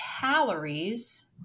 calories